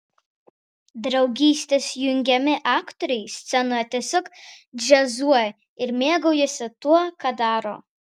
draugystės jungiami aktoriai scenoje tiesiog džiazuoja ir mėgaujasi tuo ką daro